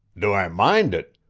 do i mind it?